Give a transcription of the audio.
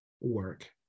work